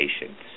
patients